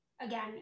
Again